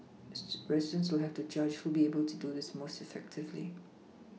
residents will have to judge who will be able to do this most effectively